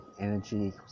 energy